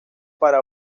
para